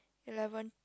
eleven